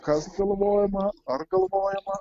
kas galvojama ar galvojama